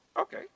Okay